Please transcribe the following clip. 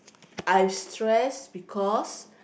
I've stress because